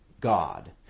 God